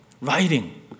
writing